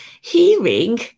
Hearing